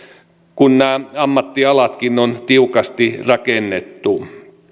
kun ammattialatkin ovat tiukasti rakennettuja